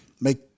make